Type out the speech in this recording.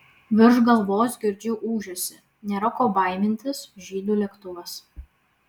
virš galvos girdžiu ūžesį nėra ko baimintis žydų lėktuvas